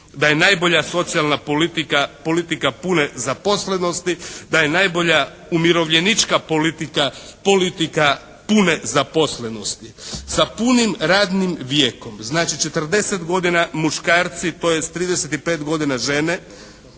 da je najbolja socijalna politika politika pune zaposlenosti, da je najbolja umirovljenička politika pune zaposlenosti sa punim radnim vijekom. Znači, 40 godina muškarci, tj. 35 godina žene.